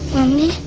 Mommy